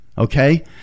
Okay